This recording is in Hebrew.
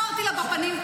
אמרתי לה בפנים,